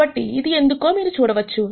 కాబట్టి ఇది ఎందుకో మీరు చూడవచ్చు